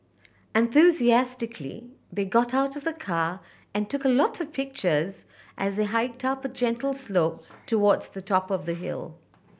enthusiastically they got out of the car and took a lot of pictures as they hiked up a gentle slope towards the top of the hill